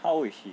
how old is she